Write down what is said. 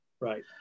Right